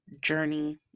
journey